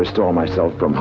restore myself from